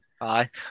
Hi